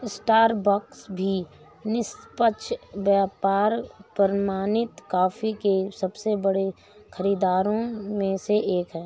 Starbucks भी निष्पक्ष व्यापार प्रमाणित कॉफी के सबसे बड़े खरीदारों में से एक है